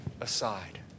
aside